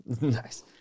Nice